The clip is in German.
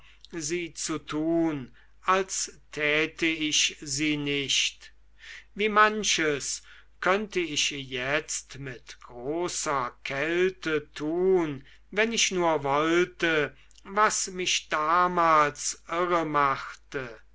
sie zu tun als täte ich sie nicht wie manches könnte ich jetzt mit großer kälte tun wenn ich nur wollte was mich damals